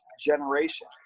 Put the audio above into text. generation